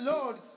Lord